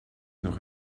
noch